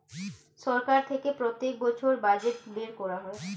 সরকার থেকে প্রত্যেক বছর বাজেট বের করা হয়